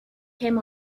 came